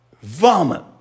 Vomit